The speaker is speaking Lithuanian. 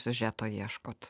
siužeto ieškot